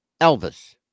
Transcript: Elvis